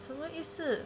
什么意思